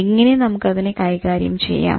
എങ്ങനെ നമുക്ക് അതിനെ കൈകാര്യം ചെയ്യാം